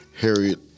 Harriet